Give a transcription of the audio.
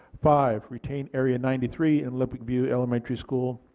five. retain area ninety three and olympic view elementary school.